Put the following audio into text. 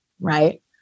right